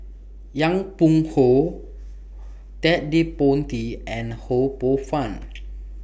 Yong Pung How Ted De Ponti and Ho Poh Fun